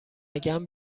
نگم